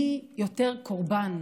מי יותר קורבן,